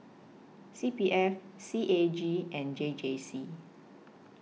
C P F C A G and J J C